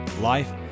life